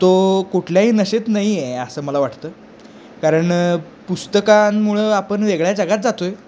तो कुठल्याही नशेत नाही आहे असं मला वाटतं कारण पुस्तकांमुळं आपण वेगळ्या जगात जातो आहे